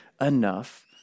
enough